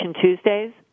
Tuesdays